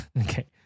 Okay